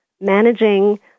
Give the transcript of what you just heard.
managing